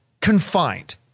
confined